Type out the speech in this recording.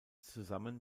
zusammen